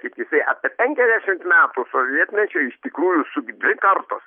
tik jisai apie penkiasdešimt metų sovietmečio iš tikrųjų sug dvi kartos